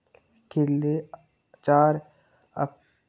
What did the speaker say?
खीरले चार